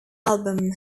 album